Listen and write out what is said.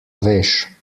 veš